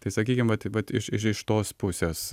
tai sakykim vat vat iš iš tos pusės